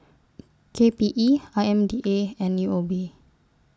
K P E I M D A and U O B